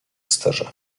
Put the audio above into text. sterze